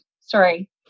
Sorry